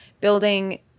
building